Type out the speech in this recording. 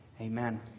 Amen